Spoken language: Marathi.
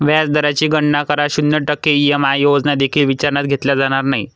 व्याज दराची गणना करा, शून्य टक्के ई.एम.आय योजना देखील विचारात घेतल्या जाणार नाहीत